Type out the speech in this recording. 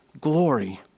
glory